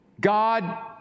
God